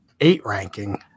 eight-ranking